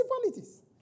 Principalities